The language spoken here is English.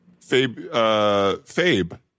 Fabe